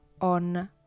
on